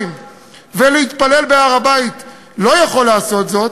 או להתפלל בהר-הבית לא יכול לעשות זאת,